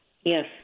yes